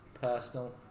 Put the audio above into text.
personal